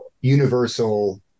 universal